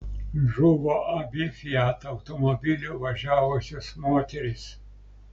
žuvo abi fiat automobiliu važiavusios moterys